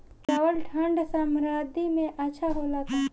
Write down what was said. चावल ठंढ सह्याद्री में अच्छा होला का?